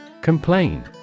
Complain